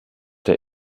der